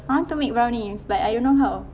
I want to make brownies but I don't know how